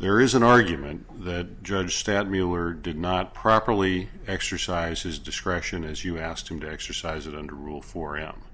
there is an argument that judge stan miller did not properly exercise his discretion as you asked him to exercise it under rule for